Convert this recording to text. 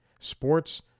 sports